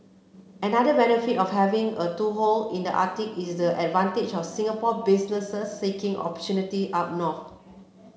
another benefit of having a toehold in the Arctic is the advantage for Singapore businesses seeking opportunity up north